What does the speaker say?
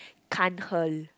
Cantho